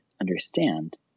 understand